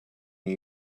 new